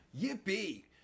Yippee